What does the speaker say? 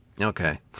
Okay